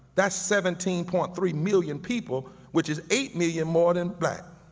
that's seventeen point three million people which is eight million more than black,